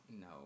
No